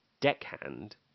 Deckhand